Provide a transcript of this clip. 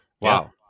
Wow